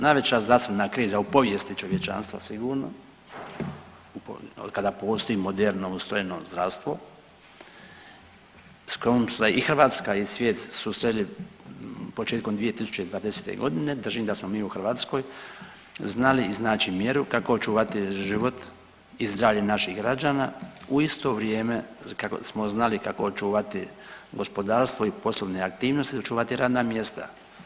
Najveća zdravstvena kriza u povijesti čovječanstva sigurno od kada postoji moderno ustrojeno zdravstvo s kojom su se i Hrvatska i svijet susreli početkom 2020.g. držim da smo mi u Hrvatskoj znali iznaći mjeru kako očuvati život i zdravlje naših građana u isto vrijeme smo znali kako očuvati gospodarstvo i poslovne aktivnosti i očuvati radna mjesta.